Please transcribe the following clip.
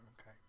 Okay